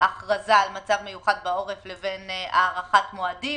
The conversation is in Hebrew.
ההכרזה על מצב מיוחד בעורף לבין הארכת מועדים